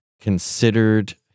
considered